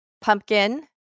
pumpkin